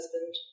husband